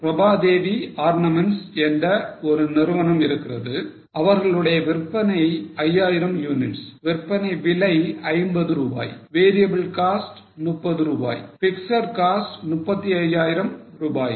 Prabha Devi Ornaments என்ற நிறுவனம் இருக்கிறது அவர்களுடைய விற்பனை 5000 units விற்பனை விலை 50 ரூபாய் variable cost 30 ரூபாய் பிக்ஸட் காஸ்ட் 35000 ரூபாய்